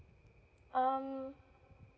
um